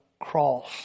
cross